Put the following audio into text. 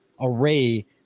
array